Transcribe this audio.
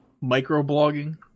Micro-blogging